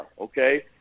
okay